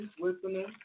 listening